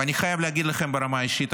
ואני חייב להגיד לכם ברמה האישית,